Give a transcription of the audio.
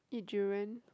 eat Durian